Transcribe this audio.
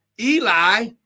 Eli